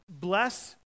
Bless